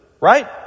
Right